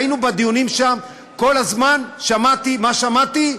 היינו בדיונים שם, וכל הזמן, מה שמעתי?